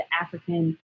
African